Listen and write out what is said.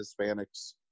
Hispanics